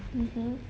mmhmm